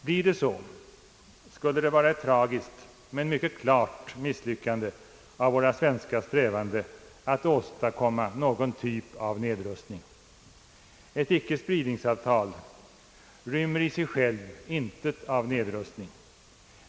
Blir det så, skulle det vara ett tragiskt men mycket klart misslyckande av våra svenska strävanden att åstadkomma någon typ av nedrustning. Ett ickespridningstavtal rymmer i sig självt intet av nedrustning.